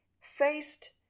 faced